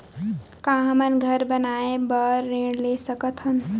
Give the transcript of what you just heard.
का हमन घर बनाए बार ऋण ले सकत हन?